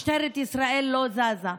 משטרת ישראל לא זזה,